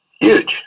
Huge